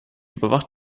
überwacht